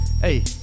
Hey